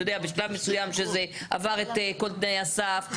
אתה יודע בשלב מסוים שזה עבר את כל תנאי הסף,